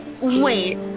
Wait